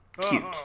cute